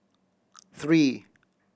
three